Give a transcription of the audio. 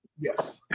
yes